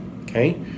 okay